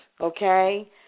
okay